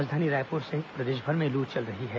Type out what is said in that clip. राजधानी रायपुर सहित प्रदेशभर में लू चल रही है